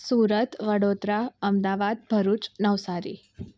Surat Vadodara Ahmedabad Bharuch Navsari